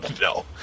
no